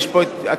יש פה התייעלות,